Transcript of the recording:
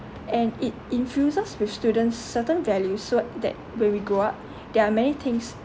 and it infuses with students certain values so that when we grow up there are many things